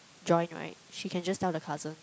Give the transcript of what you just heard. join right she can just tell the cousin